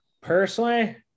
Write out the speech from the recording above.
personally